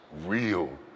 real